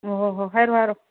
ꯑꯣ ꯍꯣꯏ ꯍꯣꯏ ꯍꯥꯏꯔꯣ ꯍꯥꯏꯔꯣ